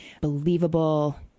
believable